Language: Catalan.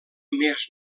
més